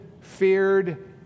feared